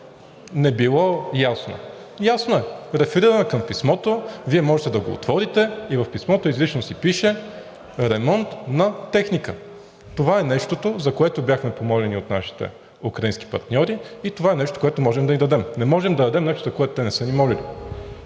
не било ясно. Ясно е – реферираме към писмото. Вие може да го отворите и в писмото изрично си пише: ремонт на техника. Това е нещото, за което бяхме помолени от нашите украински партньори, и това е нещо, което може да им дадем. Не може да дадем нещо, за което те не са ни молили.